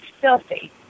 filthy